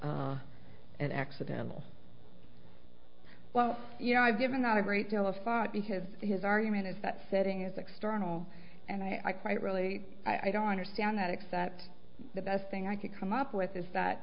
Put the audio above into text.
an accidental well you know i've given not a great deal of thought because his argument is that setting is external and i quite really i don't understand that except the best thing i could come up with is that